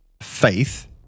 faith